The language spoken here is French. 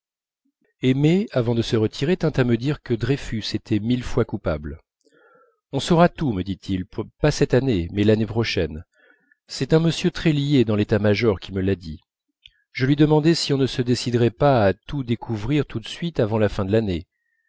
aimé avant de se retirer tint à me dire que dreyfus était mille fois coupable on saura tout me dit-il pas cette année mais l'année prochaine c'est un monsieur très lié dans l'état-major qui me l'a dit je lui demandais si on ne se déciderait pas à tout découvrir tout de suite avant la fin de l'année